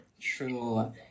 True